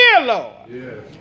Lord